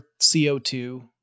CO2